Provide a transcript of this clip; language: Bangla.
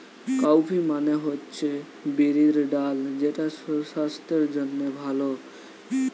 কাউপি মানে হচ্ছে বিরির ডাল যেটা সুসাস্থের জন্যে ভালো